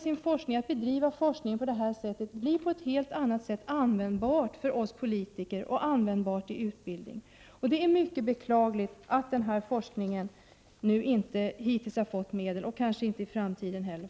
En forskning som bedrivs och redovisas på detta sätt blir på ett helt annat sätt användbar för oss politiker och användbar i utbildning. Det är mycket beklagligt att denna forskning hittills inte fått medel och kanske inte får det i framtiden heller.